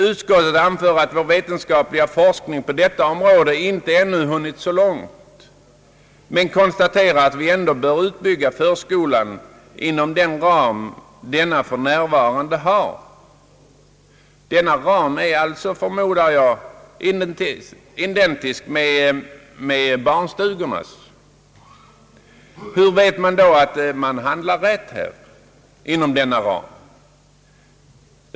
Utskottet anför att vår vetenskapliga forskning på detta område inte ännu hunnit så långt men konstaterar att vi ändå bör utbygga förskolan inom den ram denna för närvarande har. Denna ram är, förmodar jag, identisk med barnstugornas. Hur vet man då, att man handlar rätt inom denna ram?